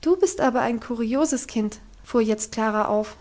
du bist aber ein kurioses kind fuhr jetzt klara auf